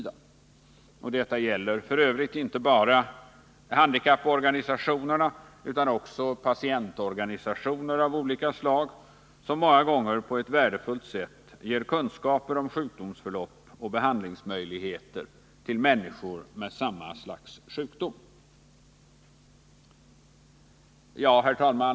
Det gäller f. ö. inte bara handikapporganisationerna utan också patientorganisationer av olika slag, som många gånger på ett värdefullt sätt ger kunskaper om sjukdomsförlopp och behandlingsmöjligheter till människor med samma slags sjukdom. Herr talman!